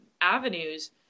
avenues